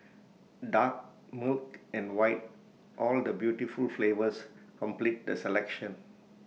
dark milk and white all the beautiful flavours complete the selection